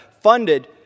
funded